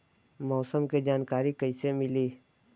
मौसम के जानकारी कैसे मिली?